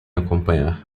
acompanhar